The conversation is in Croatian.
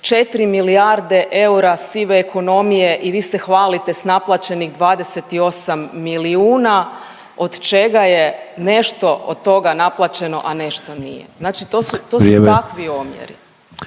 4 milijarde eura sive ekonomije i vi ste hvalite s naplaćenih 28 milijuna, od čega je nešto od toga naplaćeno, a nešto nije. Znači to su, to